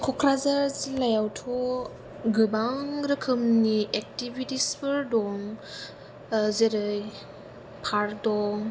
ककराझार जिल्लायावथ' गोबां रोखोमनि एकटिविटिसफोर दं जेरै पार्क दं